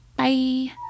Bye